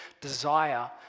desire